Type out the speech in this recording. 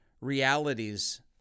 realities